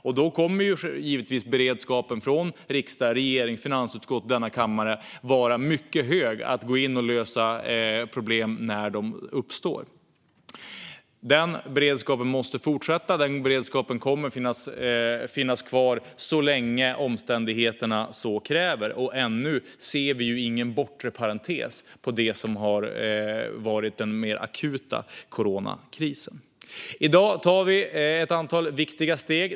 Därför kommer givetvis beredskapen för att gå in och lösa problem när de uppstår att vara mycket hög hos riksdag, regering, finansutskottet och denna kammare. Den beredskapen måste fortsätta, och den beredskapen kommer att finnas kvar så länge omständigheterna så kräver. Ännu ser vi ingen bortre parentes på det som har varit den mer akuta coronakrisen. I dag tar vi ett antal viktiga steg.